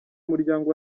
muryango